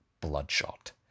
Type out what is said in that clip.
bloodshot